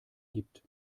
gibt